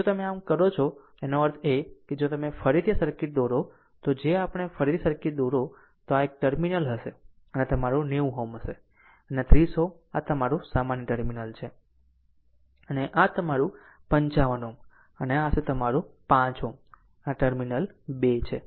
આમ જો તમે આવું કરો છો આનો અર્થ એ કે જો તમે ફરીથી આ સર્કિટ ફરીથી દોરો તો જો આપણે ફરીથી આ સર્કિટ ફરીથી દોરો તો આ 1 ટર્મિનલ હશે અને આ તમારું 90 Ω હશે અને આ 30 Ω આ તમારું સામાન્ય ટર્મિનલ છે અને આ તમારું 55 Ω અને આ હશે તમારું 5 Ω હશે અને આ ટર્મિનલ 2 છે